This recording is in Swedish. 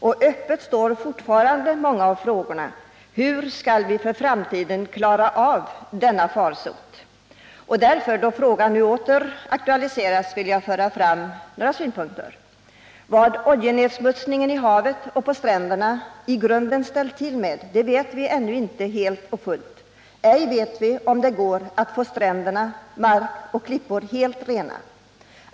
Och öppen står fortfarande frågan: Hur skall vi för framtiden klara denna farsot? Då problemet nu åter aktualiseras vill jag därför föra fram några synpunkter. Vad oljenedsmutsningen i havet och på stränderna i grunden ställt till med vet vi ännu inte helt och fullt. Ej heller vet vi om det går att få strändernas mark och klippor helt rena.